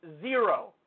zero